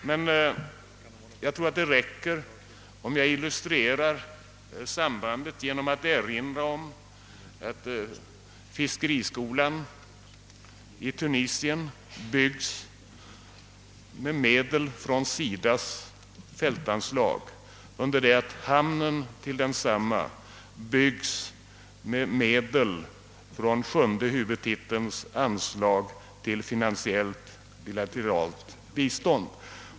Men jag tror att det räcker om jag illustrerar sambandet genom att erinra om att fiskeriskolan i Tunisien byggs med medel från SIDA:s fältanslag, under det att hamnen till densamma byggs med medel från sjunde huvudtitelns anslag till finansiellt bilateralt bistånd.